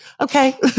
Okay